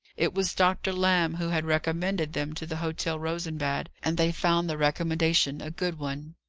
it was doctor lamb who had recommended them to the hotel rosenbad and they found the recommendation a good one.